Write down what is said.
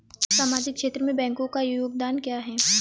सामाजिक क्षेत्र में बैंकों का योगदान क्या है?